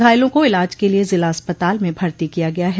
घायलों को इलाज के लिये जिला अस्पताल में भर्ती किया गया है